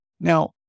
Now